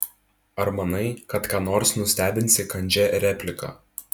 ar manai kad ką nors nustebinsi kandžia replika